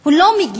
הוא לא מגיב,